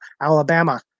Alabama